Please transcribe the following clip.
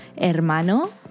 hermano